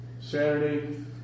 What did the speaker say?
Saturday